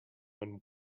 when